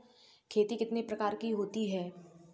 खेती कितने प्रकार की होती है?